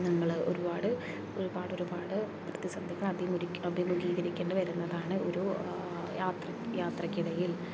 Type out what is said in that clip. നിങ്ങൾ ഒരുപാട് ഒരുപാട് ഒരുപാട് പ്രതിസന്ധികൾ അഭിമുഖീകരിക്കേണ്ടി വരുന്നതാണ് ഒരു യാത്രയ്ക്കിടയിൽ